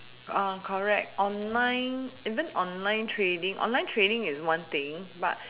correct online isn't online trading online trading is one thing